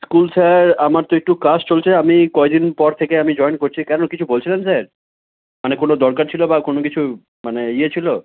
school sir আমার তো একটু কাজ চলছে আমি কয় দিন পর থেকে আমি জয়েন করছি কেন কিছু বলছিলেন স্যার মানে কোনো দরকার ছিল বা কোনো কিছু মানে ইয়ে ছিল